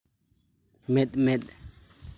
ᱢᱮᱫ ᱢᱮᱫ